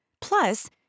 Plus